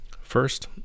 first